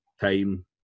time